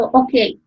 okay